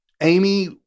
Amy